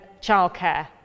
childcare